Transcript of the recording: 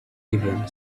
even